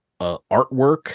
artwork